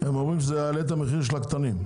הם אומרים שזה יעלה את המחיר של הקטנים,